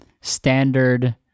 standard